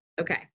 Okay